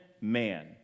man